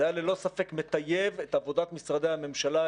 זה היה ללא ספק מטייב את עבודת משרדי הממשלה,